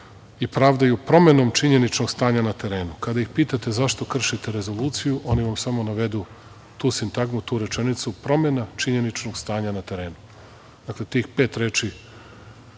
i pravdaju promenom činjeničnog stanja na terenu. Kada ih pitate zašto kršite Rezoluciju oni vam samo navedu tu sintagmu, tu rečenicu, promena činjeničnog stanja na terenu. Dakle, tih pet reči